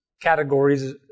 categories